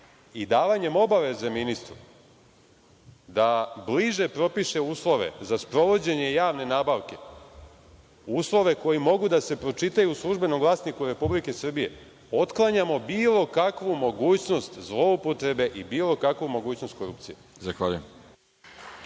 i davanjem obaveze ministru da bliže propiše uslove za sprovođenje javne nabavke, uslove koji mogu da se pročitaju u „Službenom glasniku Republike Srbije“, otklanjamo bilo kakvu mogućnost zloupotrebe i bilo kakvu mogućnost korupcije.